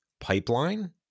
pipeline